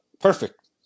perfect